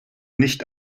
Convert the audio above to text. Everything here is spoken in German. nicht